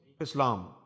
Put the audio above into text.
Islam